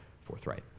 forthright